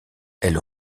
elle